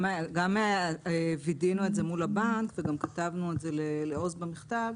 גם וידאנו את זה מול הבנק וגם כתבנו את זה לעוז במכתב.